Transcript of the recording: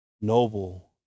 noble